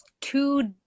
two